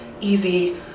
easy